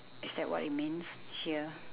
is that what it means here